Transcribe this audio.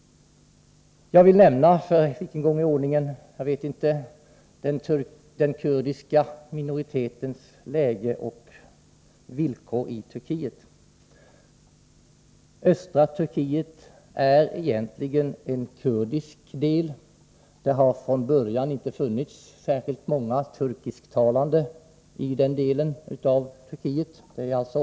Jag vill också ta upp — jag vet inte för vilken gång i ordningen — den kurdiska minoritetens villkor i Turkiet. Östra Turkiet är egentligen en kurdisk trakt. Det har från början inte funnits särskilt många turkisktalande i den delen av Turkiet.